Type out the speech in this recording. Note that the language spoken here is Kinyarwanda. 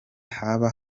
haba